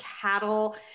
cattle